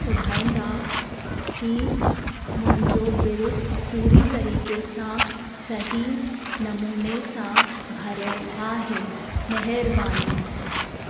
ॿुधाईंदा की मुंहिंजो बिल पूरी तरीक़े सां सही नमूने सां भरियलु आहे महिरबानी